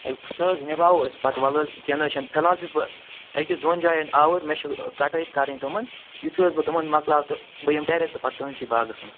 ہے سُہ حظ نِباوَو پَتہٕ أسۍ وَلہٕ حظ کیٚنٛہہ نہٕ چھِنہٕ فِلحال چھُس بہٕ أکِس دۄن جایَن آوُر مےٚ چھُ کَٹٲے کَرٕنۍ تِمَن یِتھٕے حظ بہٕ تِمَن مۅکلاو تہٕ بہٕ یِمہٕ ڈریٚکٹہٕ پتہٕ تُہٕنٛدِسٕے باَغس منٛز